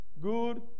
Good